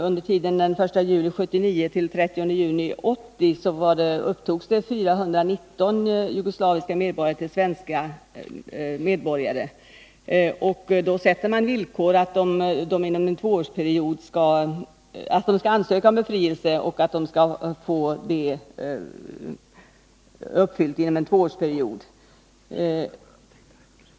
Under tiden den 1 juli 1979—-den 30 juni 1980 upptogs 419 jugoslaviska medborgare som svenska medborgare, och då har man satt som villkor att de ansöker om befrielse från jugoslaviskt medborgarskap och att det skall beviljas inom en tvåårsperiod.